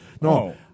No